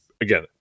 again